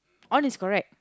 on is correct